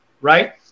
right